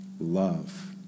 love